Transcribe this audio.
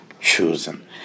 chosen